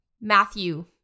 Matthew